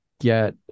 get